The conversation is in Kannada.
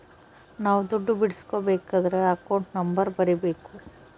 ನಾವ್ ದುಡ್ಡು ಬಿಡ್ಸ್ಕೊಬೇಕದ್ರ ಅಕೌಂಟ್ ನಂಬರ್ ಬರೀಬೇಕು